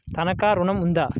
తనఖా ఋణం ఉందా?